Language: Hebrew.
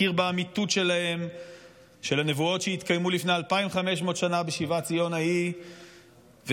מכיר באמיתות של הנבואות שהתגשמו לפני 2,500 שנה בשיבת ציון ההיא ושל